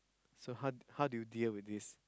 so how how do you deal with this